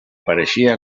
pareixia